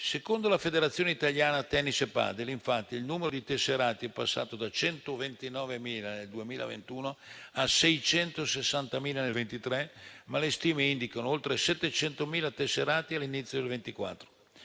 Secondo la Federazione italiana tennis e padel, infatti, il numero di tesserati è passato da 129.000 nel 2021 a 660.000 nel 2023, ma le stime indicano oltre 700.000 tesserati all'inizio del 2024.